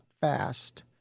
fast